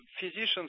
physicians